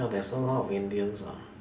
ya there's a lot of Indians lah